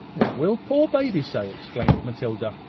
what will poor baby say? exclaimed matilda.